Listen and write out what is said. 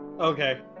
Okay